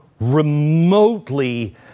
remotely